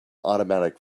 automatic